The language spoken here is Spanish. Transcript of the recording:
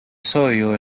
sodio